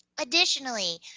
additionally,